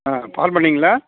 ஆ பால் பண்ணைங்களா